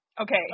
Okay